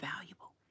valuable